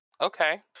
Okay